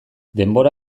denbora